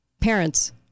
Parents